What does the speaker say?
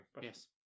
Yes